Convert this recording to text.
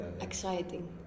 exciting